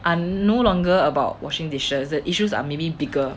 are no longer about washing dishes the issues are maybe bigger